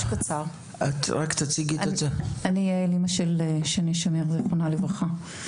אני יעל, אמא של שני שמיר, זיכרונה לברכה.